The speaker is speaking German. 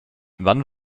wann